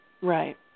Right